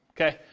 okay